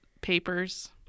papers